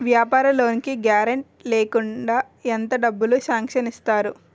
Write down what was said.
వ్యాపార లోన్ కి గారంటే లేకుండా ఎంత డబ్బులు సాంక్షన్ చేస్తారు?